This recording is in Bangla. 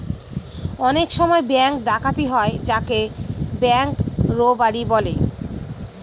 অনেক সময় ব্যাঙ্ক ডাকাতি হয় যাকে ব্যাঙ্ক রোবাড়ি বলে